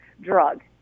drug